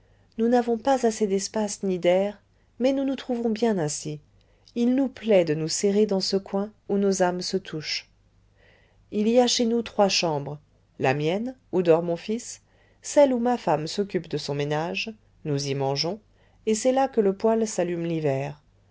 nous n'avons pas assez d'espace ni d'air mais nous nous trouvons bien ainsi il nous plaît de nous serrer dans ce coin où nos âmes se touchent il y a chez nous trois chambres la mienne où dort mon fils celle où ma femme s'occupe de son ménage nous y mangeons et c'est là que le poêle s'allume l'hiver